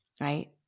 right